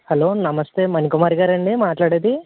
hello నమస్తే మణికుమారి గారా అండి మాట్లాడేది